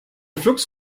flux